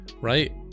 right